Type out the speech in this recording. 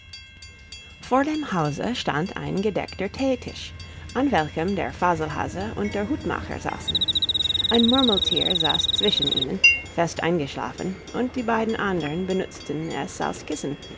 vor dem hause stand ein gedeckter theetisch an welchem der faselhase und der hutmacher saßen ein murmelthier saß zwischen ihnen fest eingeschlafen und die beiden andern benutzten es als kissen